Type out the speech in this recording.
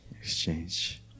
Exchange